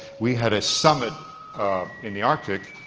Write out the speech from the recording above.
we had a summit in the arctic